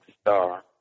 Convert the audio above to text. star